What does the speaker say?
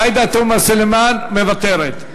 עאידה תומא סלימאן, מוותרת.